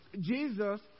Jesus